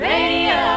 Radio